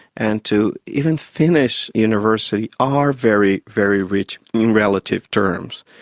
and to even finish university are very, very rich in relative terms.